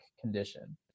condition